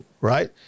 right